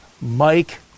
Mike